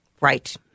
Right